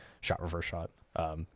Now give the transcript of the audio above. shot-reverse-shot